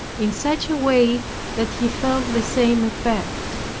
in such a way that he felt the same effect.